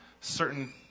certain